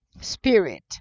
spirit